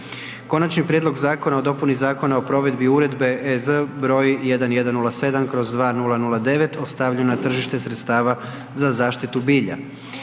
Konačni prijedlog Zakona o dopuni Zakona o provedbi Uredbe EZ broj 1107/2009 o stavljanju na tržište sredstava za zaštitu bilja